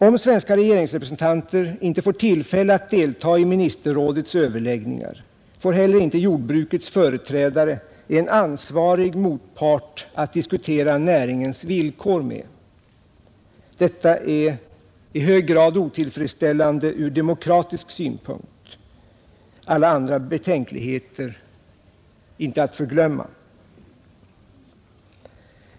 Om svenska regeringsrepresentanter inte får tillfälle att deltaga i ministerrådets överläggningar får heller inte jordbrukets företrädare en ansvarig motpart att diskutera näringens villkor med. Detta är i hög grad otillfredsställande ur demokratisk synpunkt, alla andra betänkligheter inte att förglömma.